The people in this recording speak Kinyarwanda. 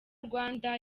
rwanda